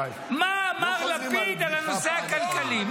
די, די, לא חוזרים על בדיחה כמה פעמים.